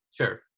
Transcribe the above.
sure